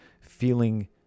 feeling